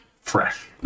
fresh